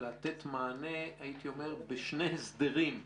לתת מענה בשני הסדרים עיקריים.